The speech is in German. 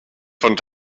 von